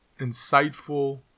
insightful